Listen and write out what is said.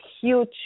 huge